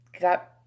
got